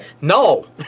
No